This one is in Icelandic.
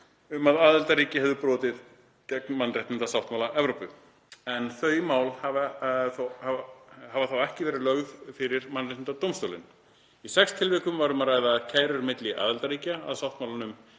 um að aðildarríki hafi brotið gegn mannréttindasáttmála Evrópu, en þau mál hafa þá ekki verið lögð fyrir mannréttindadómstólinn. Í sex tilvikum var um að ræða kærur milli aðildarríkja að sáttmálanum